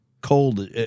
cold